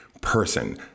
person